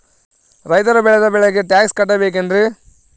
ರೈತರು ಬೆಳೆದ ಬೆಳೆಗೆ ಟ್ಯಾಕ್ಸ್ ಕಟ್ಟಬೇಕೆನ್ರಿ?